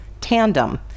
tandem